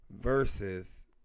versus